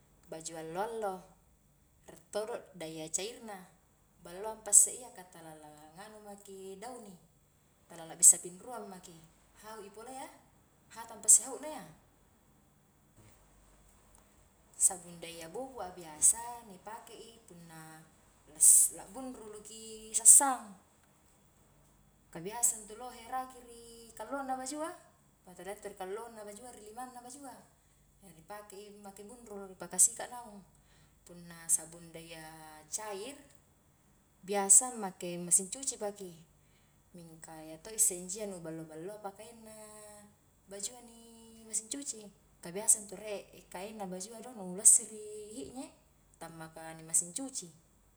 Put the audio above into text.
Baju allo-allo, rie todo dayya cair na, balloang pa isse iya ka tala langanu maki douni, tala bissa pinruang maki, hau i pole iya hatang pa isse hau na iya, sabun dayya bubuk a biasa ni pakei punna labbunruluki sassaang ka biasa intu lohe raki ri kallongna bajua, punna talia intu ri kallongna bajua ri limagna bajua, ri pakei make bunrulu ri paka sika' naung, punna sabun dayya cair, biasa make mesin cuci paki mingka iya tosse injoa nu ballo-balloa pa kaenna bajua ni mesin cuci, ka biasa intu rie kaenna bajua do nu lassiri hi'nye' tangmmaka ni mesin cuci.